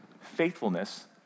faithfulness